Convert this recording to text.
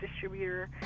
distributor